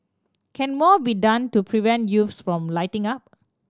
can more be done to prevent youths from lighting up